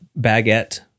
baguette